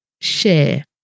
share